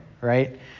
right